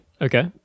Okay